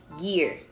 year